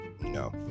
No